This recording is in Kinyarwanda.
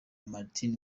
martin